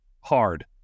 hard